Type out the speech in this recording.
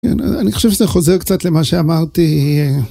אני חושב שזה חוזר קצת למה שאמרתי.